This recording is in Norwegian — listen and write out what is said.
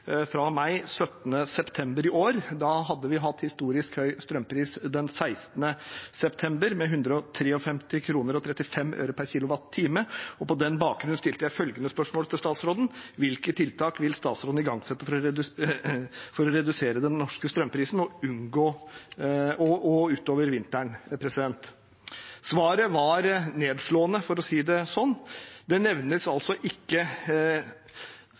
fra meg, datert den 17. september i fjor. Da hadde vi hatt en historisk høy strømpris den 16. september, med 153 kr og 35 øre per kWh, og på den bakgrunn stilte jeg følgende spørsmål til statsråden: «Hvilke tiltak vil statsråden igangsette for å redusere den norske strømprisen og unngå kraftkrise utover vinteren?» Svaret var nedslående, for å si det slik. Det ble ikke nevnt noen tiltak i det hele tatt. Det var ikke